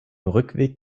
rückweg